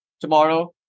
tomorrow